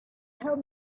help